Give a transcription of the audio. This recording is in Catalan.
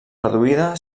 reduïda